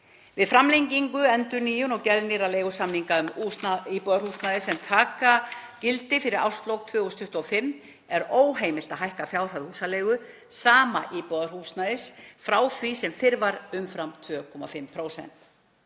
Við framlengingu, endurnýjun og gerð nýrra leigusamninga um íbúðarhúsnæði sem taka gildi fyrir árslok 2025 er óheimilt að hækka fjárhæð húsaleigu sama íbúðarhúsnæðis frá því sem fyrir var umfram 2,5%.“